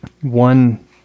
one